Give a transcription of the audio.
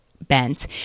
bent